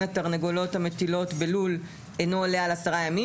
התרנגולות המטילות בלול אינו עולה על עשרה ימים,